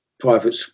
private